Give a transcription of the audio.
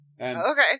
Okay